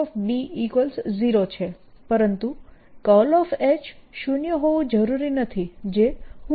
B0 છે પરંતુ